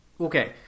Okay